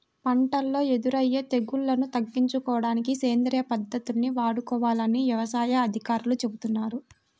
పంటల్లో ఎదురయ్యే తెగుల్లను తగ్గించుకోడానికి సేంద్రియ పద్దతుల్ని వాడుకోవాలని యవసాయ అధికారులు చెబుతున్నారు